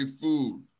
food